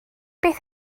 beth